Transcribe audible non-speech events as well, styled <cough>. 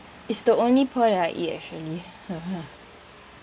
it's the only pearl that I eat actually <noise>